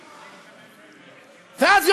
ואז,